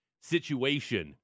situation